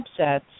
subsets